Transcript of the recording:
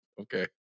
okay